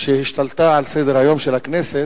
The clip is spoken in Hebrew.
שהשתלטה על סדר-היום של הכנסת,